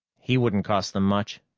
he wouldn't cost them much,